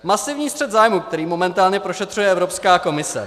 Masivní střet zájmů, který momentálně prošetřuje Evropská komise.